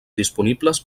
disponibles